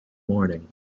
morning